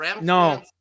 No